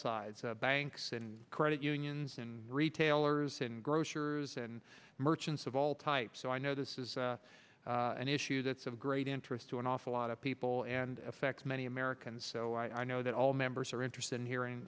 sides banks and credit unions and retailers and grocers and merchants of all types so i know this is an issue that's of great interest to an awful lot of people and affects many americans so i know that all members are interested in hearing